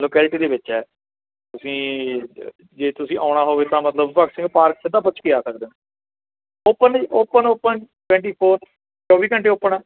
locality ਦੇ ਵਿੱਚ ਹੈ ਤੁਸੀਂ ਜੇ ਤੁਸੀਂ ਆਉਣਾ ਹੋਵੇ ਤਾਂ ਮਤਲਬ ਭਗਤ ਸਿੰਘ ਪਾਰਕ ਸਿੱਧਾ ਪੁੱਛ ਕੇ ਆ ਸਕਦੇ ਹੋ ਓਪਨ ਜੀ ਓਪਨ ਓਪਨ ਟਵੈਂਟੀ ਫੋਰ ਚੌਵੀ ਘੰਟੇ ਓਪਨ ਆ